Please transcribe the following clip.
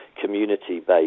community-based